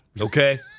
Okay